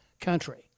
country